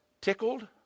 tickled